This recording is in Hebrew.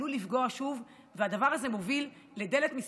עלול לפגוע שוב,